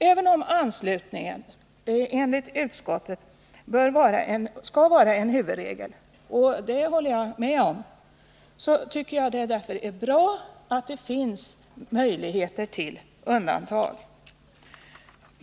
Även om anslutning enligt utskottet skall vara huvudregel — och det håller jag med om — tycker jag därför att det är bra att det finns möjligheter till undantag.